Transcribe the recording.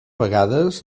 vegades